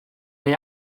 neu